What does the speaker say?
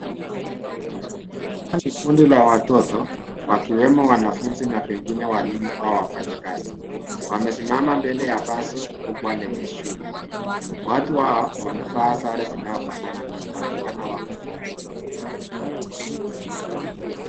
Kundi la watoto, wakiwemo wanafunzi na pengine walimu au wafanyakazi, wamesimama mbele ya basi la shule. Wamepanga mstari na wanaonekana wako tayari kwa safari.